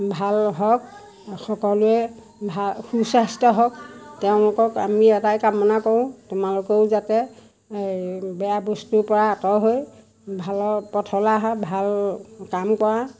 ভাল হওক সকলোৰে ভা সুস্বাস্থ্য হওক তেওঁলোকক আমি এটাই কামনা কৰোঁ তোমালোকেও যাতে বেয়া বস্তুৰ পৰা আঁতৰ হৈ ভালৰ পথলৈ আহা ভাল কাম কৰা